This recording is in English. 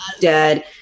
dead